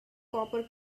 copper